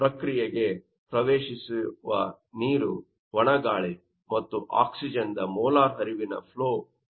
ಪ್ರಕ್ರಿಯೆಗೆ ಪ್ರವೇಶಿಸುವ ನೀರು ಒಣ ಗಾಳಿ ಮತ್ತು ಆಕ್ಸಿಜನ್ ದ ಮೋಲಾರ್ ಹರಿವಿನ ಪ್ರಮಾಣವನ್ನು ನಿರ್ಧರಿಸಿ